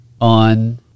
on